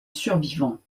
survivant